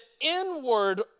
inward